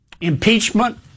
Impeachment